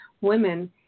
women